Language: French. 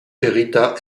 hérita